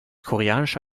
koreanische